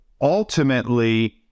ultimately